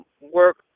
work